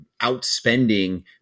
outspending